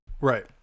Right